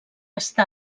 està